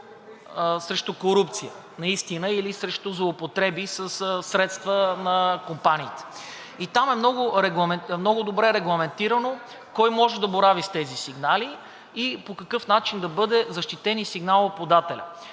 срещу корупция или срещу злоупотреби със средства на компаниите. И там е много добре регламентирано кой може да борави с тези сигнали и по какъв начин да бъде защитен и сигналоподателят.